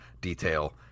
detail